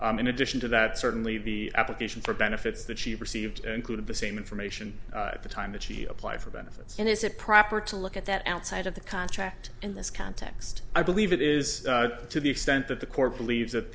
year in addition to that certainly the application for benefits that she received included the same information at the time that she apply for benefits and is it proper to look at that outside of the contract in this context i believe it is to the extent that the court believes that